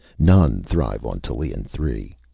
none thrive on tallien three!